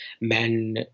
men